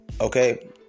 Okay